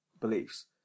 beliefs